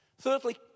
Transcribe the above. Thirdly